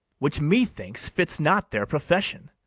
which methinks fits not their profession.